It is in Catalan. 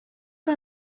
que